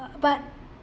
but